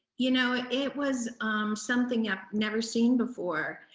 you know, it was something i've never seen before.